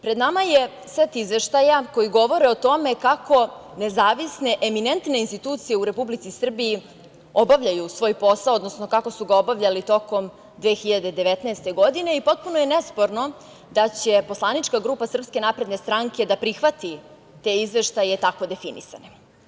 Pred nama je set izveštaja koji govore o tome kako nezavisne eminentne institucije u Republici Srbiji obavljaju svoj posao, odnosno kako su ga obavljali tokom 2019. godine i potpuno je nesporno da će poslanička grupa SNS da prihvati te izveštaje tako definisane.